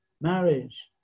marriage